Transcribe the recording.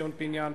ציון פיניאן,